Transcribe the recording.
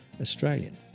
Australian